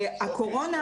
הקורונה,